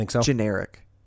generic